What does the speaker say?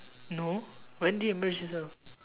no when did you embarrass yourself